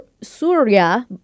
Surya